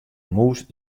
mûs